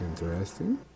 Interesting